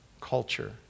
culture